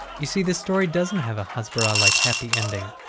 you see, this story doesn't have a hasbara like happy ending.